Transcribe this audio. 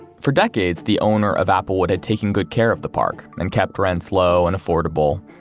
for decades, the owner of applewood had taken good care of the park, and kept rents low and affordable,